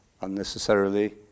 unnecessarily